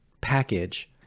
package